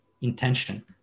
intention